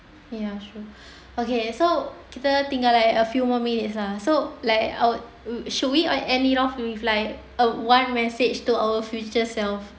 ya sure okay so kita tinggal like a few more minutes lah so like I would should we end it off with like a one message to our future self